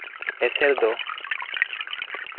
ᱮᱥᱮᱨ ᱫᱚ